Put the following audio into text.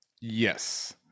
yes